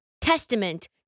testament